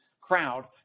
crowd